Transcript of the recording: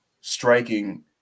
striking